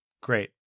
Great